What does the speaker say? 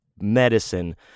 medicine